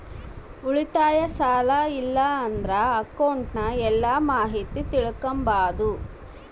ಉಳಿತಾಯ, ಸಾಲ ಇಲ್ಲಂದ್ರ ಅಕೌಂಟ್ನ ಎಲ್ಲ ಮಾಹಿತೀನ ತಿಳಿಕಂಬಾದು